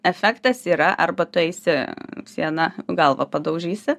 efektas yra arba tu eisi sieną galvą padaužysi